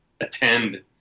attend